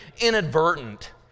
Inadvertent